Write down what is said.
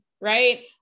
right